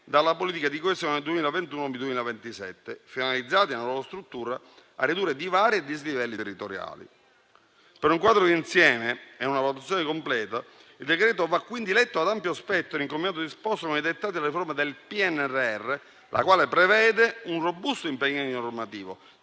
dalla politica di coesione 2021-2027 finalizzati in una nuova struttura a ridurre divari e dislivelli territoriali. Per un quadro d'insieme e una valutazione completa il decreto va quindi letto ad ampio spettro e in combinato disposto con i dettati e le riforme del PNRR, che prevede un robusto impegno normativo